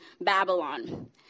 Babylon